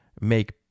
make